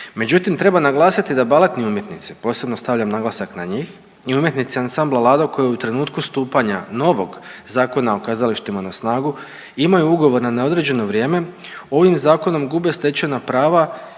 Međutim treba naglasiti da baletni umjetnici, posebno stavljam naglasak na njih i umjetnici ansambla Lado koji u trenutku stupanja novog Zakona o kazalištima na snagu imaju ugovor na neodređeno vrijeme ovim zakonom gube stečena prava